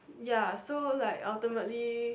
ya so like ultimately